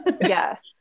Yes